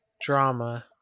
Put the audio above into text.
drama